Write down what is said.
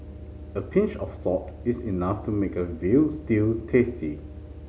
a pinch of salt is enough to make a veal stew tasty